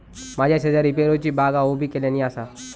माझ्या शेजारी पेरूची बागा उभी केल्यानी आसा